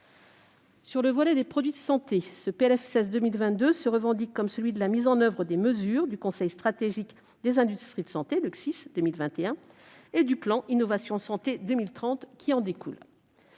Sur le volet des produits de santé, le PLFSS pour 2022 se revendique comme celui de la mise en oeuvre des mesures arrêtées par le Conseil stratégique des industries de santé (CSIS) de 2021 et celles du plan Innovation Santé 2030, qui en découle.